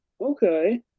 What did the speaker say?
Okay